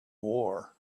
war